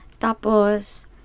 Tapos